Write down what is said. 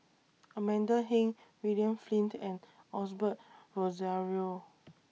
Amanda Heng William Flint and Osbert Rozario